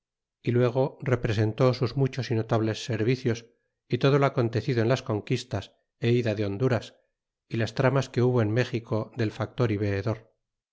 y luego representó sus muchos y notables servicios y todo lo acontecido en las conquistas a ida de honduras y las tramas que hubo en méxico del factor y veedor